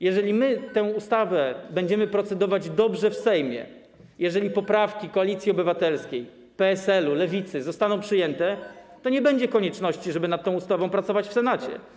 Jeżeli my nad tą ustawą będziemy procedować dobrze w Sejmie, jeżeli poprawki Koalicji Obywatelskiej, PSL-u, Lewicy zostaną przyjęte, to nie będzie konieczności, żeby nad tą ustawą pracować w Senacie.